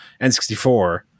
n64